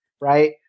right